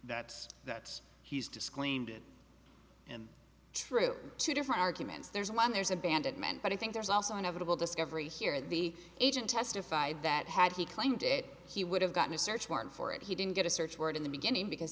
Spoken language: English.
it and true two different arguments there's one there's abandonment but i think there's also inevitable discovery here the agent testified that had he claimed it he would have gotten a search warrant for it he didn't get a search warrant in the beginning because